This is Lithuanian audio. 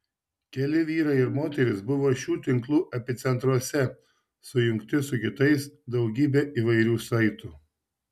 keli vyrai ir moterys buvo šių tinklų epicentruose sujungti su kitais daugybe įvairių saitų